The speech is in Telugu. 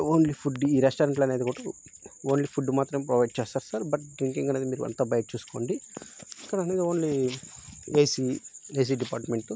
ఓన్లీ ఫుడ్ ఈ రెస్టారెంట్లు అనేది కూడా ఓన్లీ ఫుడ్ మాత్రమే ప్రొవైడ్ చేస్తారు సార్ బట్ డ్రింకింగ్ అనేది మీరు అంతా బయట చూసుకోండి ఇక్కడ అనేది ఓన్లీ ఏసీ ఏసీ డిపార్ట్మెంటు